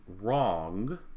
wrong